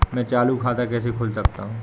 मैं चालू खाता कैसे खोल सकता हूँ?